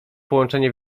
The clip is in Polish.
połączenie